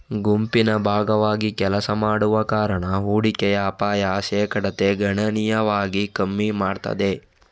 ಗುಂಪಿನ ಭಾಗವಾಗಿ ಕೆಲಸ ಮಾಡುವ ಕಾರಣ ಹೂಡಿಕೆಯ ಅಪಾಯದ ಶೇಕಡತೆ ಗಣನೀಯವಾಗಿ ಕಮ್ಮಿ ಮಾಡ್ತದೆ